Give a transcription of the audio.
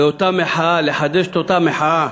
לחדש את אותה מחאה?